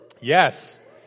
Yes